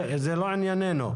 זה לא ענייננו.